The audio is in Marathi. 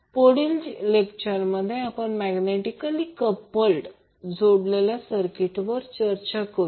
तर पुढच्या व्याख्यानात आपण मैग्नेटिकली कपल्ड जोडलेले सर्किटवर चर्चा करू